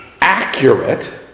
accurate